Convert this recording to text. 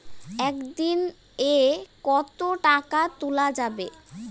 একদিন এ কতো টাকা তুলা যাবে?